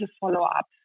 follow-up